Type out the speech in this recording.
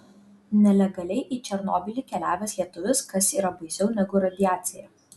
nelegaliai į černobylį keliavęs lietuvis kas yra baisiau negu radiacija